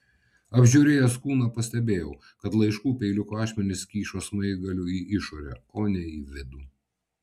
apžiūrėjęs kūną pastebėjau kad laiškų peiliuko ašmenys kyšo smaigaliu į išorę o ne į vidų